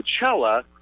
Coachella